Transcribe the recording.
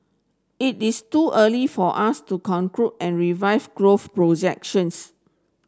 it is too early for us to conclude and revise growth projections